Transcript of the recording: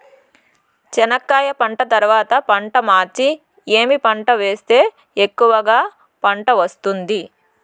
చెనక్కాయ పంట తర్వాత పంట మార్చి ఏమి పంట వేస్తే ఎక్కువగా పంట వస్తుంది?